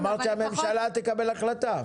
אמרת שהממשלה תקבל החלטה.